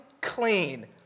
clean